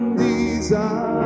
desire